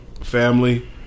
family